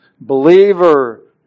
believer